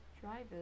Drivers